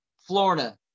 Florida